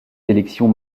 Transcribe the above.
élections